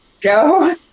go